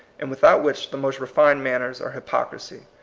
and without which the most re fined manners are hypocrisy.